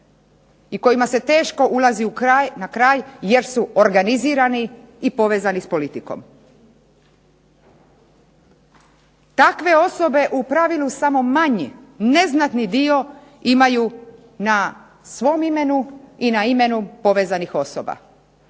i kojima se teško ulazi na kraj, jer su organizirani i povezani s politikom. Takve osobe u pravilu samo manji, neznatni dio imaju na svom imenu i na imenu povezanih osoba.